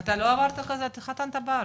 אתה לא עברת את זה, אתה התחתנת בארץ.